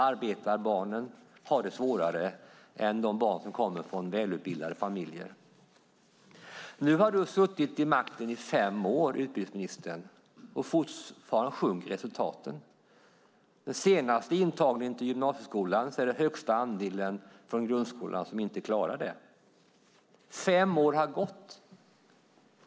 Arbetarbarnen har det svårare än de barn som kommer från välutbildade familjer. Nu har du suttit vid makten i fem år, utbildningsministern, och fortfarande sjunker resultaten. Den senaste intagningen till gymnasieskolan hade den högsta andelen från grundskolan som inte klarade det. Fem år har gått.